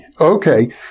okay